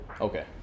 Okay